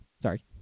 Sorry